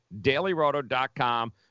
DailyRoto.com